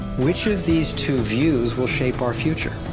which of these two views will shape our future?